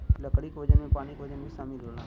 लकड़ी के वजन में पानी क वजन भी शामिल होला